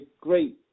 great